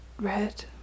Red